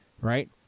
right